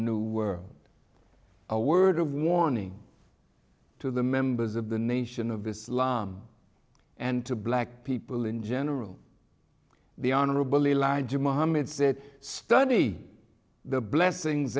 new were a word of warning to the members of the nation of islam and to black people in general the honorable elijah mohammed said study the blessings